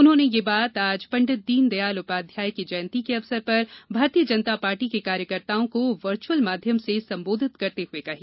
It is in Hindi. उन्होंने यह बात आज पंडित दीनदयाल उपाध्याय की जयंती के अवसर पर भारतीय जनता पार्टी के कार्यकर्ताओं को वर्चुअल माध्यम से संबोधित करते हुए कही